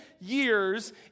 years